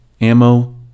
ammo